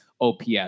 OPS